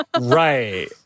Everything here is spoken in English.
Right